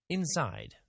Inside